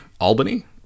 Albany